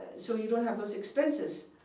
so you don't have those expenses.